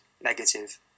negative